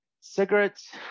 cigarettes